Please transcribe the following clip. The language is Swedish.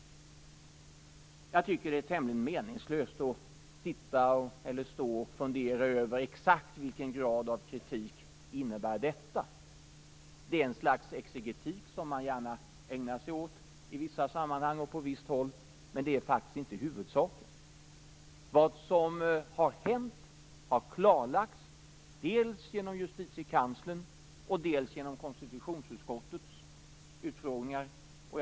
Jag tycker att det är tämligen meningslöst att fundera över exakt vilken grad av kritik detta innebär. Det är ett slags exegetik som man gärna ägnar sig åt i vissa sammanhang och på visst håll, men det är faktiskt inte huvudsaken. Vad som har hänt har klarlagts dels genom Justitiekanslerns genomgång, dels genom konstitutionsutskottets utfrågningar.